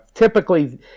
Typically